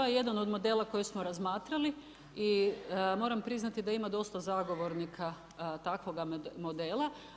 Da, to je jedan od modela koji smo razmatrali i moram priznati da ima dosta zagovornika takvoga modela.